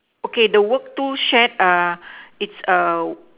okay the work tool shed uh it's a